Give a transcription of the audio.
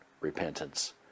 repentance